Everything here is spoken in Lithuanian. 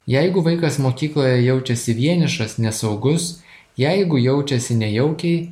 jeigu vaikas mokykloje jaučiasi vienišas nesaugus jeigu jaučiasi nejaukiai